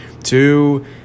Two